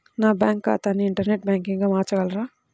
నా బ్యాంక్ ఖాతాని ఇంటర్నెట్ బ్యాంకింగ్గా మార్చగలరా?